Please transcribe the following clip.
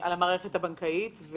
על המערכת הבנקאית.